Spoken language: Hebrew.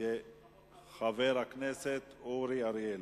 יהיה חבר הכנסת אורי אריאל.